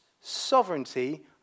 sovereignty